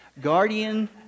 Guardian